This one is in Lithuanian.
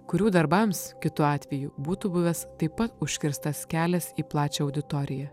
kurių darbams kitu atveju būtų buvęs taip pat užkirstas kelias į plačią auditoriją